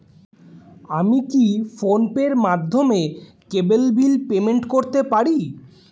আমি কি ফোন পের মাধ্যমে কেবল বিল পেমেন্ট করতে পারি?